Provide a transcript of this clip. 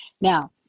Now